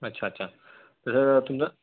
अच्छा अच्छा तुमचं